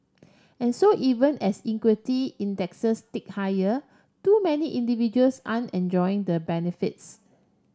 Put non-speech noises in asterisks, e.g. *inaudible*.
and so even as equity *unintelligible* tick higher too many individuals aren't enjoying the benefits